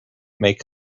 make